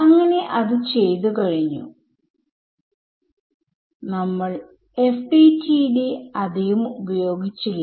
അങ്ങനെ അത് ചെയ്തു കഴിഞ്ഞു നമ്മൾ FDTD അധികം ഉപയോഗിച്ചില്ല